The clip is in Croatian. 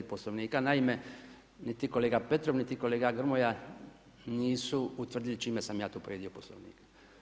Poslovnika, naime, niti kolega Petrov, niti kolega Grmoja nisu utvrdili čime sam ja povrijedio Poslovnik.